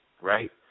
Right